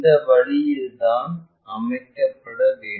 இந்த வழியில்தான் அமைக்கப்பட வேண்டும்